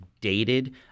dated